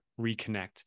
reconnect